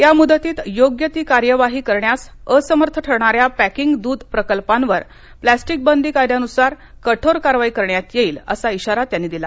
या मुदतीत योग्य ती कार्यवाही करण्यास असमर्थ ठरणाऱ्या पॅकिंग दूध प्रकल्पांवर प्लास्टिक बंदी कायद्यानुसार कठोर कारवाई करण्यात येईल असा इशारा त्यांनी दिला